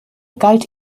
galt